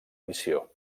missió